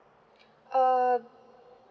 uh